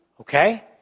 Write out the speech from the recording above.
okay